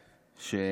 אני מודה,